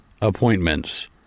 appointments